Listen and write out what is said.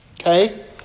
Okay